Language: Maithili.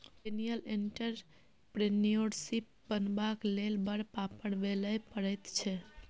मिलेनियल एंटरप्रेन्योरशिप बनबाक लेल बड़ पापड़ बेलय पड़ैत छै